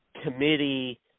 committee